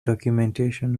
documentation